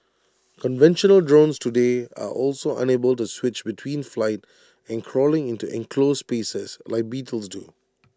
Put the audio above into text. conventional drones today are also unable to switch between flight and crawling into enclosed spaces like beetles do